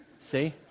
See